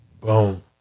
boom